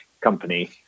company